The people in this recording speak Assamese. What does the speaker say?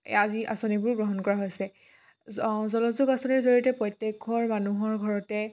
এয়া আদি আঁচনিবোৰ গ্ৰহণ কৰা হৈছে অঁ জলযোগ আঁচনিৰ জৰিয়তে প্ৰত্যেক ঘৰ মানুহৰ ঘৰতে